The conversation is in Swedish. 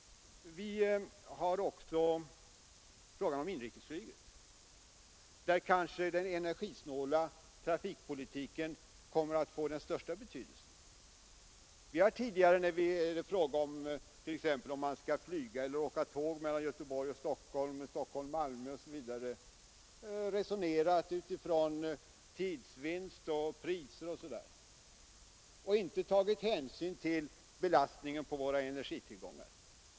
Vi har också frågan om inrikesflyget, där den energisnåla trafikpolitiken kanske kommer att få den största betydelsen. Vi har tidigare, t.ex. när det gällt om man skall flyga eller åka tåg mellan Göteborg och Stockholm, mellan Stockholm och Malmö osv., resonerat utifrån tidsvinst, priser och sådana saker och inte tagit hänsyn till belastningen på våra energitillgångar.